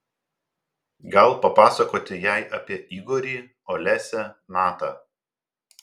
gal papasakoti jai apie igorį olesią natą